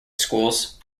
schools